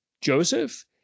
Joseph